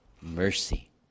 mercy